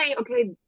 okay